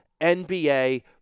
NBA